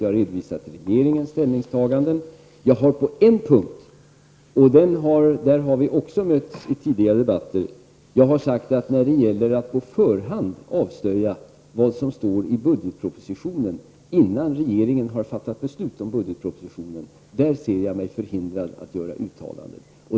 Jag har redovisat regeringens ställningstaganden, men när det gäller att på förhand avslöja vad som står i budgetpropositionen -- och här har vi också mötts i tidigare debatter -- innan regeringen har fattat beslut har jag sagt att jag ser mig förhindrad att göra uttalanden.